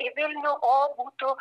į vilnių o būtų